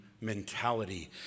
mentality